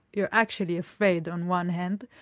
you're actually afraid on one hand,